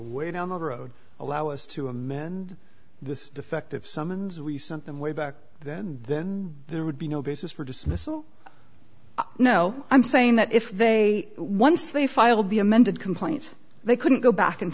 way down the road allow us to amend this defective summons we sent them way back then then there would be no basis for dismissal no i'm saying that if they once they filed the amended complaint they couldn't go back and